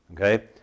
okay